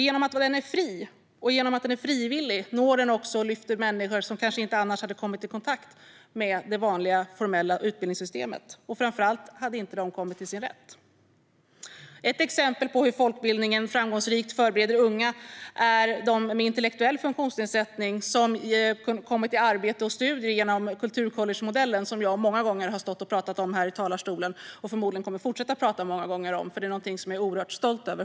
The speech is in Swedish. Genom att den är fri och genom att den är frivillig når den också och lyfter människor som kanske inte annars hade kommit i kontakt med det vanliga formella utbildningssystemet. Framför allt hade de inte kommit till sin rätt. Ett exempel på hur folkbildningen framgångsrikt förbereder unga gäller de med intellektuell funktionsnedsättning som kommit till arbete och studier genom kulturcollegemodellen. Kulturcollegemodellen har jag många gånger stått och pratat om här i talarstolen, och förmodligen kommer jag att fortsätta att prata om den, för detta är någonting som jag är oerhört stolt över.